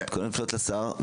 אני מתכונן לפנות לשר,